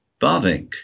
Bavink